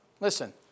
Listen